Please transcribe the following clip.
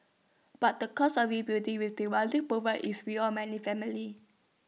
but the cost of rebuilding with the money provided is beyond many families